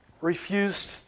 refused